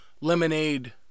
lemonade